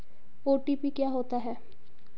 OTP क्या होता है?